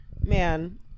man